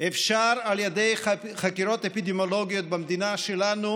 אפשר על ידי חקירות אפידמיולוגיות במדינה שלנו